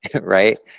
right